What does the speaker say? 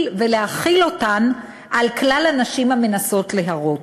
ולהחיל אותן על כלל הנשים המנסות להרות.